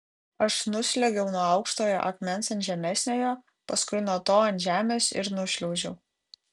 aš nusliuogiau nuo aukštojo akmens ant žemesniojo paskui nuo to ant žemės ir nušliaužiau